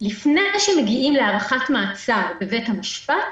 לפני שמגיעים להארכת מעצר בבית המשפט,